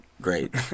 great